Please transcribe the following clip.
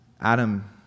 Adam